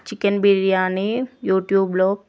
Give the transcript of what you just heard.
chicken biryani యూట్యూబ్లో